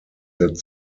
that